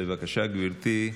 בבקשה, גברתי.